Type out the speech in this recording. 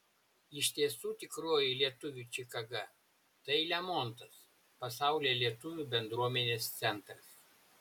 iš tiesų tikroji lietuvių čikaga tai lemontas pasaulio lietuvių bendruomenės centras